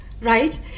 Right